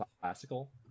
classical